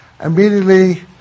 immediately